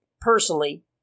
personally